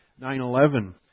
9-11